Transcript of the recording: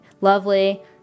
lovely